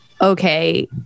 okay